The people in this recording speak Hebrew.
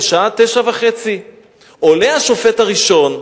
בשעה 09:30. עולה השופט הראשון,